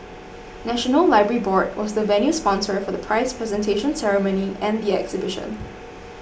National Library Board was the venue sponsor for the prize presentation ceremony and the exhibition